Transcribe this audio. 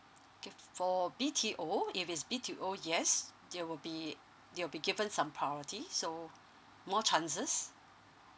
okay for B_T_O if it's B_T_O yes they will be they will be given some priority so more chances